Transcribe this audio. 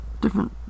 different